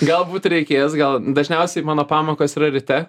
galbūt reikės gal dažniausiai mano pamokos yra ryte